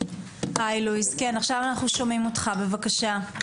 היי לואיס, כן עכשיו אנחנו שומעים אותך, בבקשה.